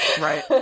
Right